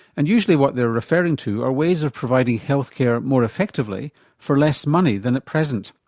and usually what they're referring to are ways of providing health care more effectively for less money than at present.